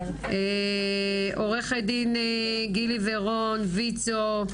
עורכת דין גילי ורון, ויצו,